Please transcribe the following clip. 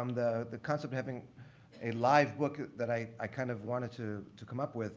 um the the cost of having a live book that i i kind of wanted to to come up with